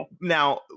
Now